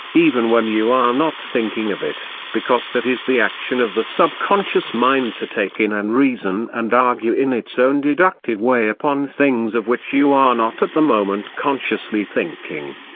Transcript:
even when you are not thinking of it, because that is the action of the subconscious mind to take in and reason and argue in its own deductive way upon things of which you are not at the moment consciously thinking.